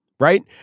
right